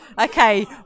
okay